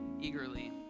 eagerly